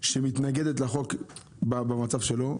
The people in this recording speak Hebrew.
שהיא מתנגדת לחוק במצב שלו,